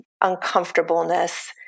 uncomfortableness